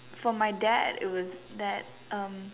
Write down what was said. for my dad it was that um